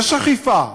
יש אכיפה,